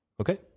okay